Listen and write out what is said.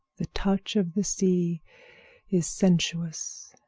the touch of the sea is sensuous,